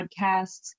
podcasts